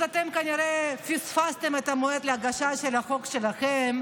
אתם פשוט כנראה פספסתם את המועד להגשת של החוק שלכם.